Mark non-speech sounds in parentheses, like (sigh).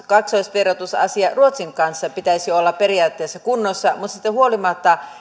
(unintelligible) kaksoisverotusasian ruotsin kanssa pitäisi olla periaatteessa kunnossa mutta siitä huolimatta